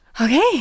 Okay